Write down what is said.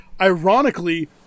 Ironically